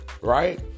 right